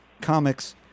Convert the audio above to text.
comics